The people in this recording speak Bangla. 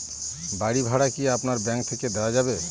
বাড়ী ভাড়া কি আপনার ব্যাঙ্ক থেকে দেওয়া যাবে?